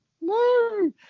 no